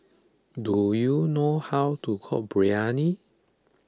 do you know how to cook Biryani